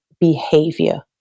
behavior